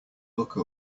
look